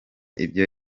ibyo